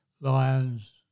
lions